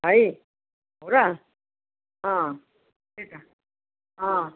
है हो र त्यही त